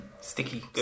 sticky